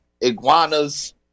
iguanas